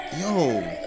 Yo